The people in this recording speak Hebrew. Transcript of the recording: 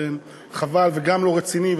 זה חבל וגם לא רציני,